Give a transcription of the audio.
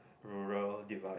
rural divide